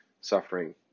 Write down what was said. suffering